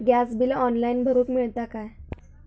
Gas bill online भरुक मिळता काय?